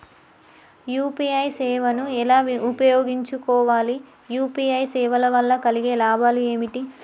UPI సేవను ఎలా ఉపయోగించు కోవాలి? యూ.పీ.ఐ సేవల వల్ల కలిగే లాభాలు ఏమిటి?